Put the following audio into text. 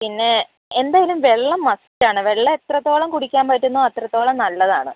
പിന്നെ എന്തായാലും വെള്ളം മസ്റ്റ് ആണ് വെള്ളം എത്രത്തോളം കുടിക്കാൻ പറ്റുന്നോ അത്രത്തോളം നല്ലത് ആണ്